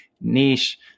niche